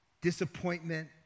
disappointment